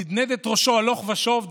נדנד את ראשו הלוך ושוב,